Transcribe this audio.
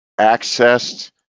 accessed